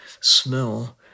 smell